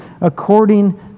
according